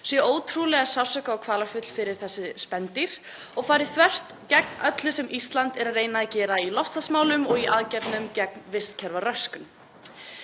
sé ótrúlega sársauka- og kvalafull fyrir þessi spendýr og fari þvert gegn öllu sem Ísland er að reyna að gera í loftslagsmálum og í aðgerðum gegn vistkerfaröskun.